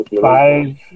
five